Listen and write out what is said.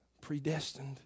predestined